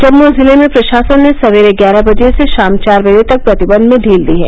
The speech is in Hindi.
जम्मू जिले में प्रशासन ने सवेरे ग्यारह बजे से शाम चार बजे तक प्रतिबंध में ढील दी है